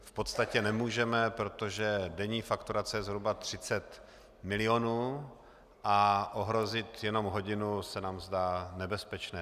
V podstatě nemůžeme, protože denní fakturace je zhruba 30 milionů a ohrozit jenom hodinu se nám zdá nebezpečné.